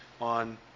on